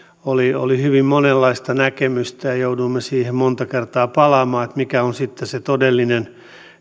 oli oli hyvin monenlaista näkemystä ja jouduimme siihen monta kertaa palaamaan mikä on sitten se todellinen